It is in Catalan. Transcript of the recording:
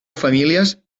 famílies